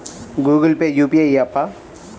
Google Pay UPI య్యాపా?